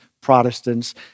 Protestants